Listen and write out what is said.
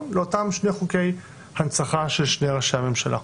לאותם שני חוקי הנצחה של שני ראשי הממשלה.